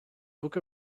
book